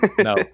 No